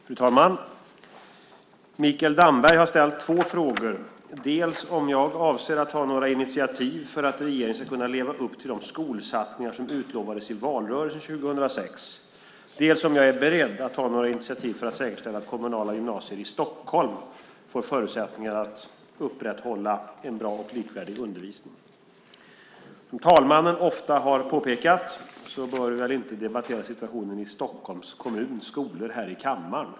Fru talman! Mikael Damberg har ställt två frågor, dels om jag avser att ta några initiativ för att regeringen ska kunna leva upp till de skolsatsningar som utlovades i valrörelsen 2006, dels om jag är beredd att ta några initiativ för att säkerställa att kommunala gymnasier i Stockholm får förutsättningar att upprätthålla en bra och likvärdig undervisning. Som talmannen ofta har påpekat bör vi inte debattera situationen i Stockholms skolor här i kammaren.